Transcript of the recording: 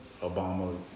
Obama